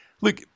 look –